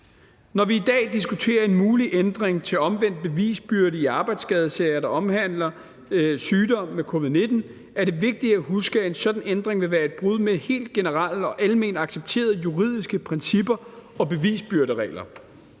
Når vi i dag diskuterer en mulig ændring til omvendt bevisbyrde i arbejdsskadesager, der omhandler sygdom med covid-19, er det vigtigt at huske, at en sådan ændring vil være et brud med helt generelle og alment accepterede juridiske principper og bevisbyrderegler.